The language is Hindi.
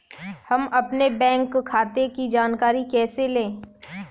हम अपने बैंक खाते की जानकारी कैसे लें?